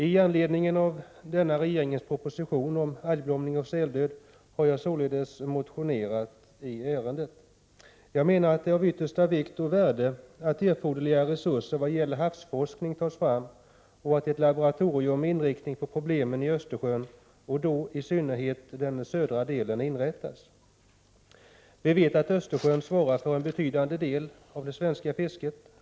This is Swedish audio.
I anledning av regeringens proposition om algblomning och säldöd har jag således motionerat. Jag menar att det är av yttersta vikt och värde att erforderliga resurser till havsforskning tas fram och att ett laboratorium med inriktning på problemen i Östersjön och då i synnerhet den södra delen inrättas. Vi vet att Östersjön svarar för en betydande del av det svenska fisket.